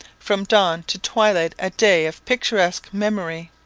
from dawn to twilight a day of picturesque memory.